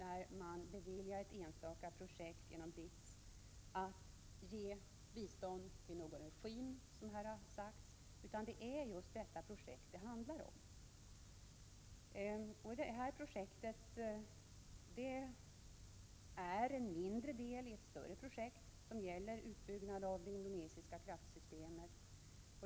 När man beviljar ett enstaka projekt genom BITS är det inte fråga om att ge bistånd till någon regim som det har sagts utan det är just detta projekt som det handlar om. Denna kredit utgör en mindre del i ett större projekt som gäller utbyggnad av det indonesiska kraftsystemet.